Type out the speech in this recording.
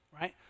right